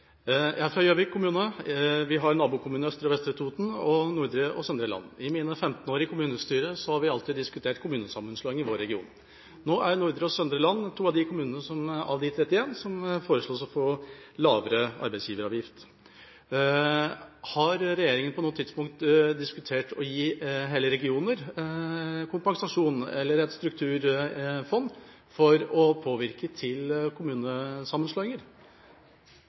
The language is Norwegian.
Gjøvik kommune. Vi har nabokommunene Østre og Vestre Toten og Nordre og Søndre Land. I mine 15 år i kommunestyret har vi alltid diskutert kommunesammenslåing i vår region. Nå er Nordre og Søndre Land to av de 31 kommunene som foreslås å få lavere arbeidsgiveravgift. Har regjeringa på noe tidspunkt diskutert å gi hele regioner kompensasjon eller et strukturfond for å påvirke kommunesammenslåinger?